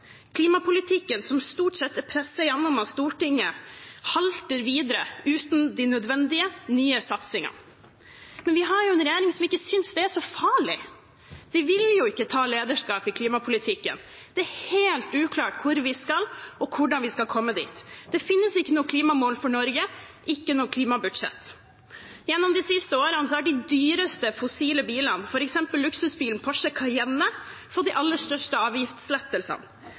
Klimapolitikken, som stort sett er presset gjennom av Stortinget, halter videre uten de nødvendige nye satsingene. Vi har en regjering som ikke synes det er så farlig – de vil ikke ta lederskap i klimapolitikken. Det er helt uklart hvor vi skal, og hvordan vi skal komme dit. Det finnes ikke noe klimamål for Norge, ikke noe klimabudsjett. Gjennom de siste årene har de dyreste fossile bilene, f.eks. luksusbilen Porsche Cayenne, fått de aller største avgiftslettelsene.